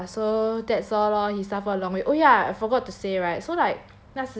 so ya so that's all lor he suffer a long way oh ya I forgot to say right so like